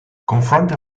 confronted